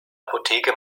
apotheke